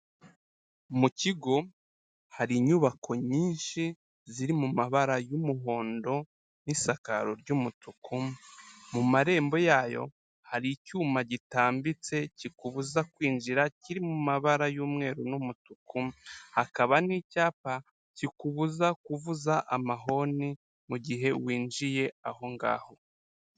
Mu kigo hari inyubako nyinshi ziri mu mabara y'umuhondo n'isakaro ry'umutuku, mu marembo yayo hari icyuma gitambitse kikubuza kwinjira kiri mu mabara y'umweru n'umutuku, hakaba n'icyapa kikubuza kuvuza amahoni mu gihe winjiye aho ngaho.